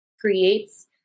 creates